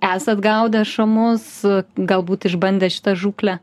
esat gaudę šamus galbūt išbandę šitą žūklę